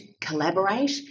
collaborate